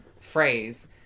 phrase